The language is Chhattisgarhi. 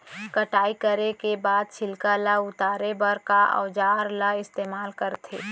कटाई करे के बाद छिलका ल उतारे बर का औजार ल इस्तेमाल करथे?